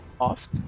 off